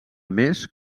més